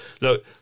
look